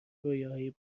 رویاهای